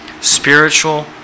spiritual